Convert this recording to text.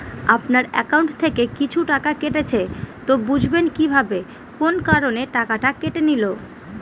আপনার একাউন্ট থেকে কিছু টাকা কেটেছে তো বুঝবেন কিভাবে কোন কারণে টাকাটা কেটে নিল?